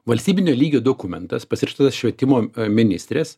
valstybinio lygio dokumentas pasirašytas švietimo ministrės